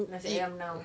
nasi ayam now